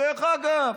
דרך אגב,